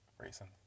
racing